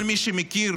כל מי שמכיר